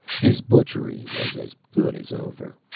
his butchery was as good as over.